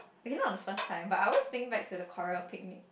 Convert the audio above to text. okay not the first time but I always think back to the corale picnic